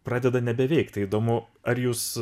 pradeda nebeveikt tai įdomu ar jūs